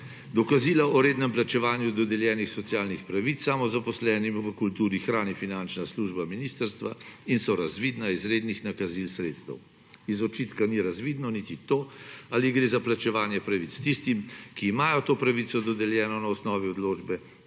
Dokazila o rednem plačevanju dodeljenih socialnih pravic samozaposlenim v kulturi hrani finančna služba ministrstva in so razvidna iz rednih nakazil sredstev. Iz očitka ni razvidno niti to, ali gre za plačevanje pravic tistim, ki imajo to pravico dodeljeno na osnovi odločbe,